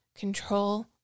Control